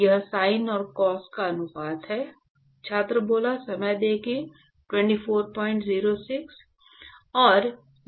यह साइन और कॉस का अनुपात है